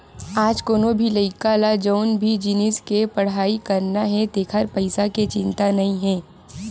आज कोनो भी लइका ल जउन भी जिनिस के पड़हई करना हे तेखर पइसा के चिंता नइ हे